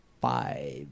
Five